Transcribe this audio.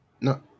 no